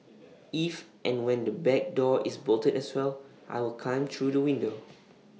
if and when the back door is bolted as well I will climb through the window